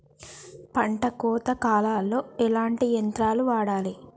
పంట కోత కాలాల్లో ఎట్లాంటి యంత్రాలు వాడాలే?